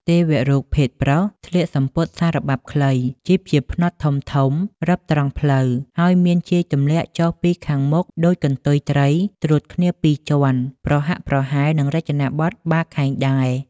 ទេវរូបភេទប្រុសស្លៀកសំពត់សារបាប់ខ្លី ជីបជាផ្នត់ធំៗ រឹបត្រង់ភ្លៅ ហើយមានជាយទម្លាក់ចុះពីខាងមុខដូចកន្ទូយត្រីត្រួតគ្នាពីរជាន់ប្រហាក់ប្រហែលនឹងរចនាបថបាខែងដែរ។